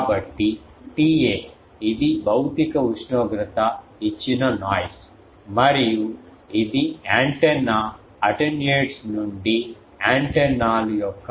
కాబట్టి TA ఇది భౌతిక ఉష్ణోగ్రత ఇచ్చిన నాయిస్ మరియు ఇది యాంటెన్నా అటెన్యూయేట్స్ నుండి యాంటెన్నాలు యొక్క అటెన్యుయేషన్ TA